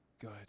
good